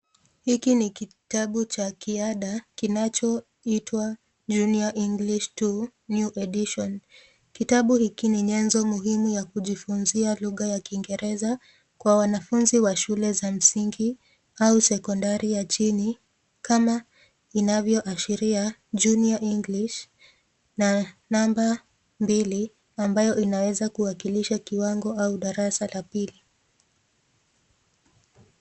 Hiki ni kitabu cha kiada kinachoitwa Junior English 2 new edition kitabu hiki ni nyanzo muhimu ya kujifunzia lugha ya kingereza kwa wanafunzi wa shule za msingi au sekondari ya chini kama inavyoashiria junior English na nambari mbili ambayo inaweza kuwakilisha kiwango au darasa la pili.